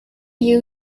you